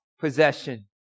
possession